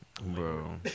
bro